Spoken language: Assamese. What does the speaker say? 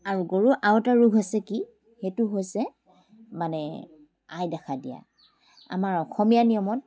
আৰু গৰুৰ আৰু এটা ৰোগ হৈছে কি সেইটো হৈছে মানে আই দেখা দিয়া আমাৰ অসমীয়া নিয়মত